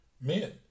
men